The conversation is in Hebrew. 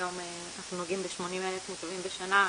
היום אנחנו נוגעים ב-80,000 מוטבים בשנה,